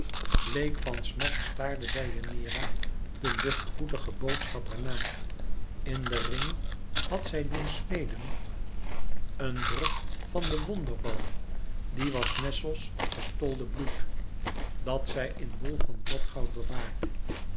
bleek van smart staarde deianeira den luchtvoetigen boodschapper na in den ring had zij doen smeden een drop van de wonderbal die was nessos gestolde bloed dat zij in bol van bladgoud bewaarde